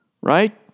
Right